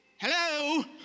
Hello